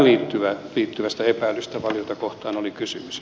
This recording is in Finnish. tähän liittyvästä epäilystä valiota kohtaan oli kysymys